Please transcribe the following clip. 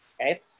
Okay